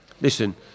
listen